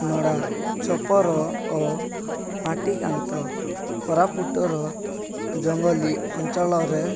ନଡ଼ା ଛପର ଓ ମାଟକାନ୍ଥ କୋରାପୁଟର ଜଙ୍ଗଲି ଅଞ୍ଚଳରେ